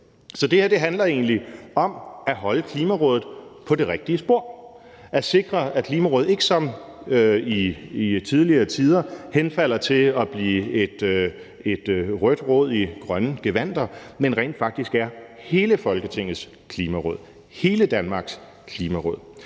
Så det her handler egentlig om at holde Klimarådet på det rigtige spor og sikre, at Klimarådet ikke som i tidligere tider henfalder til at blive et rødt råd i grønne gevandter, men rent faktisk er hele Folketingets Klimaråd, hele Danmarks Klimaråd.